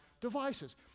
devices